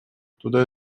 туда